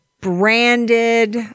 branded